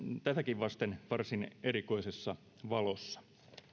tätäkin vasten varsin erikoisessa valossa